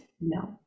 No